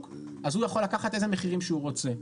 אז הוא יכול לקחת איזה מחירים שהוא רוצה.